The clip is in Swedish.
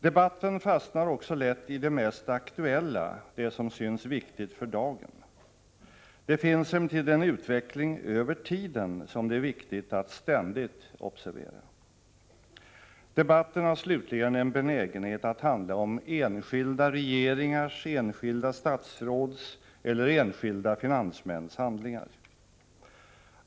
Debatten fastnar också lätt i det mest aktuella, det som synes viktigt för dagen. Det finns emellertid en utveckling över tiden som det är viktigt att ständigt observera. Debatten har slutligen en benägenhet att handla om enskilda regeringars, enskilda statsråds eller enskilda finansmäns handlingar.